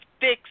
fix